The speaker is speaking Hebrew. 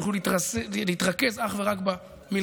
הם יוכלו להתרכז אך ורק במלחמה.